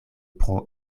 pro